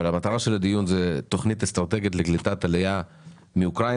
אבל המטרה של הדיון זה תוכנית אסטרטגית לקליטת עלייה מאוקראינה.